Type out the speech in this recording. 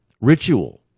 Ritual